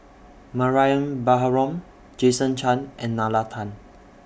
Mariam Baharom Jason Chan and Nalla Tan